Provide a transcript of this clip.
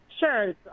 Sure